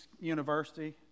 University